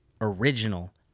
original